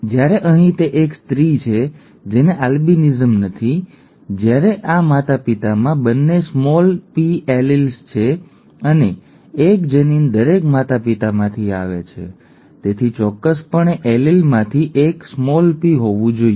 જ્યારે અહીં તે એક સ્ત્રી છે જેને આલ્બિનિઝમ નથી ઠીક છે જ્યારે આ માતાપિતામાં બંને નાના p એલીલ્સ છે અને એક જનીન દરેક માતાપિતામાંથી આવે છે તેથી ચોક્કસપણે એલીલમાંથી એક p હોવું જોઈએ